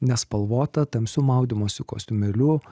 nespalvota tamsiu maudymosi kostiumėliu